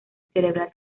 cerebral